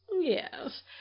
Yes